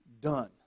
done